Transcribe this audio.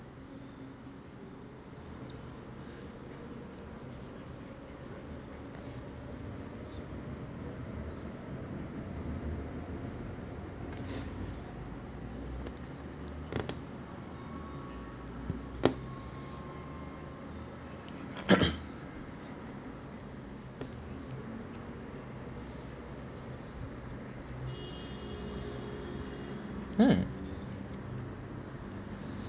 mm